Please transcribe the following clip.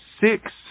six